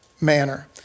manner